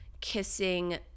kissing